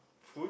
food